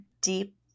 deep